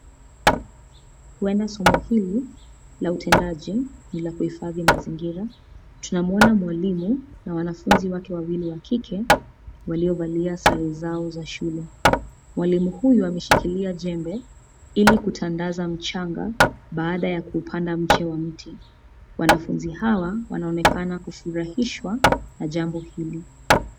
Huenda somo hili la utendaji ni la kuhifadhi mazingira. Tunamwona mwalimu na wanafunzi wake wawili wa kike waliovalia sare zao za shule. Mwalimu huyu ameshikilia jembe ili kutandaza mchanga baada ya kuupanda mche wa mti, wanafunzi hawa wanaonekana kufurahishwa na jambo hili.